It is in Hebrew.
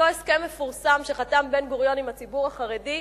אותו הסכם מפורסם שחתם בן-גוריון עם הציבור החרדי,